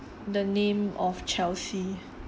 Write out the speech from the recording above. the name of chelsea